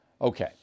Okay